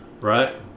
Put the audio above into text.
right